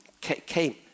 came